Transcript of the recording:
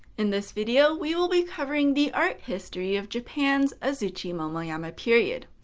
in this video, we will be covering the art history of japan's azuchi-momoyama period.